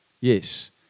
Yes